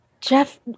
Jeff